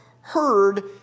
heard